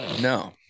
No